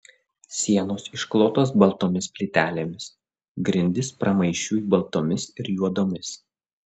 sienos išklotos baltomis plytelėmis grindys pramaišiui baltomis ir juodomis